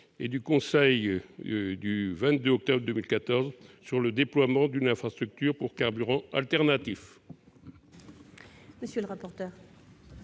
et du Conseil du 22 octobre 2014 sur le déploiement d'une infrastructure pour carburants alternatifs